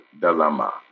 dilemma